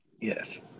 Yes